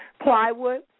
plywood